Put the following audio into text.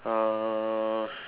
uh